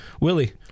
Willie